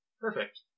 Perfect